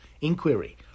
inquiry